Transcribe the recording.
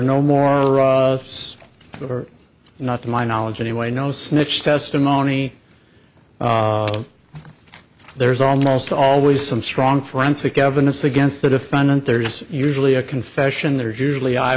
no more ross or not to my knowledge anyway no snitch testimony there's almost always some strong forensic evidence against the defendant there's usually a confession there's usually